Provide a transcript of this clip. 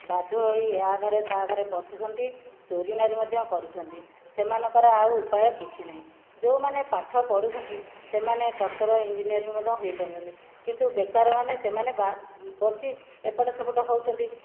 ବାଧ୍ୟ ହୋଇ ଏହା ଘରେ ତାହା ଘରେ ପଶୁଛନ୍ତି ଚୋରି ନାରୀ ମଧ୍ୟ କରୁଛନ୍ତି ସେମାନଙ୍କର ଆଉ ଉପାୟ କିଛି ନାହିଁ ଯେଉଁମାନେ ପାଠ ପଢ଼ୁଛନ୍ତି ସେମାନେ ଡକ୍ଟର ଇଞ୍ଜିନିୟର ମଧ୍ୟ ହୋଇପାରୁଛନ୍ତି କିନ୍ତୁ ବେକାରମାନେ ସେମାନେ ବସି ଏପଟ ସେପଟ ହେଉଛନ୍ତି